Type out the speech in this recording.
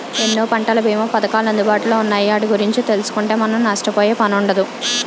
ఎన్నో పంటల బీమా పధకాలు అందుబాటులో ఉన్నాయి ఆటి గురించి తెలుసుకుంటే మనం నష్టపోయే పనుండదు